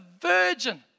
virgin